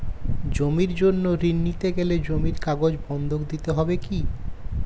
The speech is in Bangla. জমির জন্য ঋন নিতে গেলে জমির কাগজ বন্ধক দিতে হবে কি?